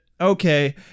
okay